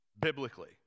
biblically